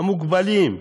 המוגבלים,